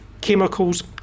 chemicals